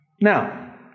Now